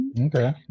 Okay